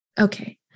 okay